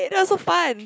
and that was so fun